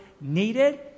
needed